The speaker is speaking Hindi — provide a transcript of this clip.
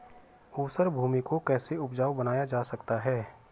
ऊसर भूमि को कैसे उपजाऊ बनाया जा सकता है?